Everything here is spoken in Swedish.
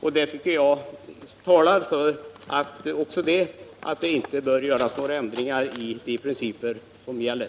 Också det tälar för att vi inte nu skall företa några ändringar av de principer som gäller.